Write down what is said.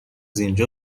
اینجا